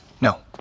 No